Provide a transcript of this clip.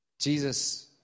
Jesus